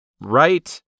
right